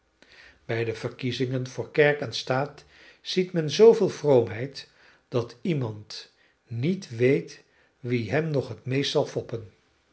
bij de verkiezingen voor kerk en staat ziet men zooveel vroomheid dat iemand niet weet wie hem nog het meest zal foppen